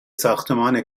ساختمان